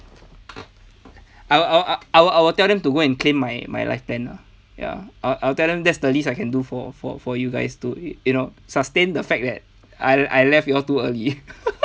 I would I would I would tell them to go and claim my my life plan lah ya I'll I'll tell them that's the least I can do for for for you guys to you know sustain the fact that I I left you all too early